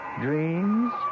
dreams